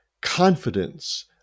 confidence